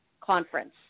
conference